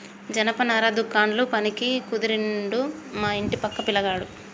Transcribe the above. జనపనార దుకాండ్ల పనికి కుదిరిండు మా ఇంటి పక్క పిలగాడు